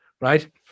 right